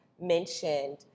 mentioned